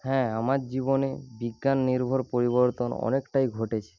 হ্যাঁ আমার জীবনে বিজ্ঞান নির্ভর পরিবর্তন অনেকটাই ঘটেছে